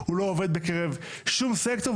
הוא לא עובד בקרב שום סקטור,